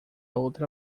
outra